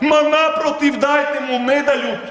Ma naprotiv dajte mu medalju.